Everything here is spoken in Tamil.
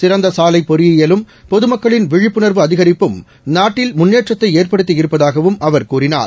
சிறந்தசாலைபொறியியலும் பொதுமக்களின் விழிப்புணர்வு நாட்டில் அதிகரிப்பும் முன்னேற்றத்தைஏற்படுத்தியிருப்பதாகவும் அவர் கூறினார்